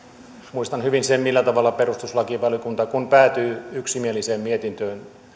muistan hyvin sen millä tavalla perustuslakivaliokunta kun se päätyy yksimieliseen mietintöön